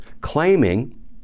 claiming